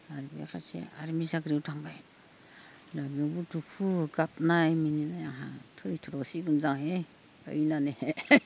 आरो बे सासे आरमि साख्रियाव थांबाय दा बेयावबो दुखु गाबनाय मिनिनाय आंहा थैथ्र'सिगोन जांहै ओयनानैहाय